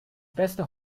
beste